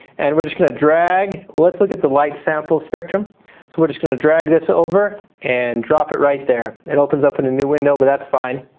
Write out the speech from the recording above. and we're just going to drag, let's look at the light sample spectrum. so we're just going to drag this over and drop it right there. it opens up in a new window, but that's fine.